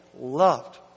loved